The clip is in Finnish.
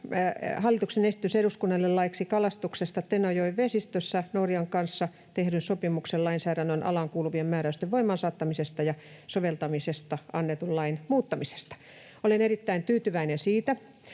hallituksen esitys eduskunnalle laiksi kalastuksesta Tenojoen vesistössä Norjan kanssa tehdyn sopimuksen lainsäädännön alaan kuuluvien määräysten voimaansaattamisesta ja soveltamisesta annetun lain muuttamisesta. Olen erittäin tyytyväinen siihen,